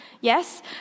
Yes